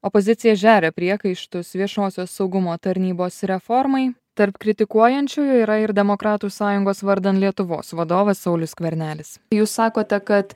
opozicija žeria priekaištus viešosios saugumo tarnybos reformai tarp kritikuojančiųjų yra ir demokratų sąjungos vardan lietuvos vadovas saulius skvernelis jūs sakote kad